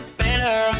better